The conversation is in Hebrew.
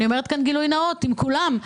אני אומרת כאן גילוי נאות עם כולם,